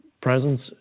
presence